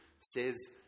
says